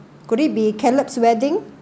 could it be caleb's wedding